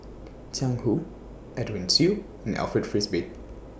Jiang Hu Edwin Siew and Alfred Frisby